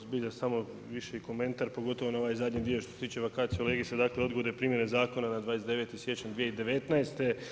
Zbilja samo viši komentar pogotovo na ovaj zadnji dio što ste tiče vacatio legisa, dakle odgode primjene zakona na 29. siječanj 2019.